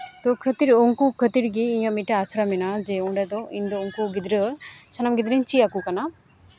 ᱛᱚ ᱠᱷᱟᱹᱛᱤᱨ ᱩᱱᱠᱩ ᱠᱷᱟᱹᱛᱤᱨ ᱜᱮ ᱤᱧᱟᱹᱜ ᱢᱤᱫᱴᱤᱡ ᱟᱥᱲᱟ ᱢᱮᱱᱟᱜᱼᱟ ᱡᱮ ᱚᱸᱰᱮᱫᱚ ᱤᱧᱫᱚ ᱩᱱᱠᱩ ᱜᱤᱫᱽᱨᱟᱹ ᱥᱟᱱᱟᱢ ᱜᱤᱫᱽᱨᱟᱹᱧ ᱪᱮᱫ ᱟᱠᱚ ᱠᱟᱱᱟ